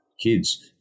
kids